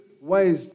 ways